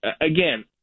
Again